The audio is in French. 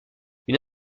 une